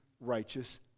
righteous